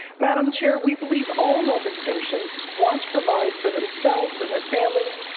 madam chair, we believe all nova scotians want to provide for themselves and their families,